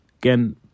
Again